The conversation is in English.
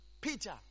Peter